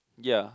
ya